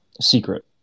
Secret